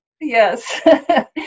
Yes